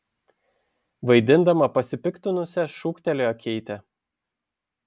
vaidindama pasipiktinusią šūktelėjo keitė